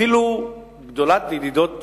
אפילו גדולת הידידות שלנו,